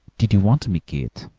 did you want me, keith?